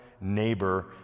neighbor